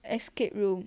escape room